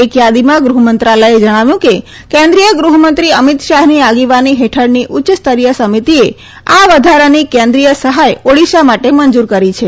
એક યાદીમાં ગૃહમંત્રાલયે જણાવ્યું છે કે કેન્દ્રીય ગૃહમંત્રી અમિત શાહની આગેવાની હેઠળની ઉચ્યસ્તરીય સમિતિએ આ વધારાની કેન્દ્રીય સહાય ઓડિશા માટે મંજૂર કરી છે